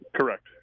Correct